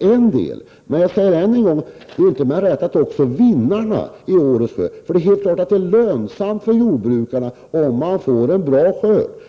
en del. Men jag vill än en gång säga att det inte är mer än rätt att också vinnarna i årets skörd tar sin del, eftersom det är helt klart att det är lönsamt för jordbrukarna om de får en bra skörd.